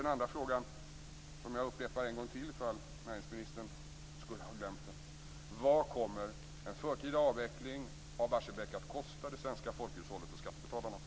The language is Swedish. Den andra frågan upprepar jag en gång till, ifall näringsministern skulle ha glömt den: Vad kommer en förtida avveckling av Barsebäck att kosta det svenska folkhushållet och skattebetalarna?